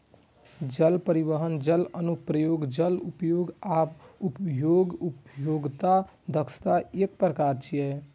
जल परिवहन, जल अनुप्रयोग, जल उपयोग आ उपभोग्य उपयोगक दक्षता एकर प्रकार छियै